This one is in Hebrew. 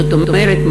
זאת אומרת,